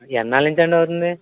ఎన్నాళ్ళ నుంచి అండి అవుతుంది